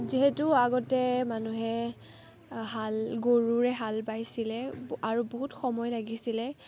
যিহেতু আগতে মানুহে হাল গৰুৰে হাল বাইছিলে আৰু বহুত সময় লাগিছিলে